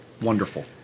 Wonderful